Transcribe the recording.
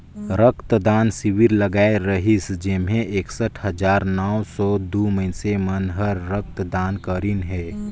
रक्त दान सिविर लगाए रिहिस जेम्हें एकसठ हजार नौ सौ दू मइनसे मन हर रक्त दान करीन हे